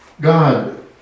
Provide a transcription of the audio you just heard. God